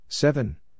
Seven